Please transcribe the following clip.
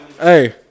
Hey